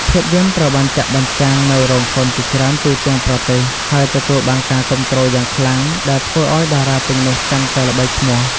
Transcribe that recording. ភាពយន្តត្រូវបានចាក់បញ្ចាំងនៅរោងកុនជាច្រើនទូទាំងប្រទេស ហើយទទួលបានការគាំទ្រយ៉ាងខ្លាំងដែលធ្វើឱ្យតារាទាំងនោះកាន់តែល្បីឈ្មោះ។